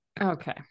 Okay